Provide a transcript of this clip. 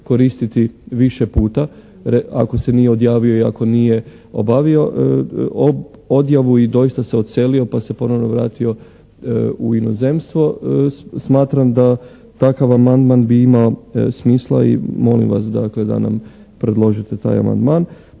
koristiti više puta, ako se nije odjavio i ako nije obavio odjavu i doista se odselio pa se ponovno vratio u inozemstvo. Smatram da takav amandman bi imao smisla i molim vas, dakle, da nam predložite taj amandman.